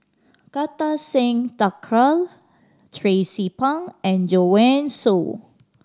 Kartar Singh Thakral Tracie Pang and Joanne Soo